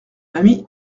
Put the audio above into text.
ami